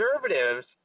Conservatives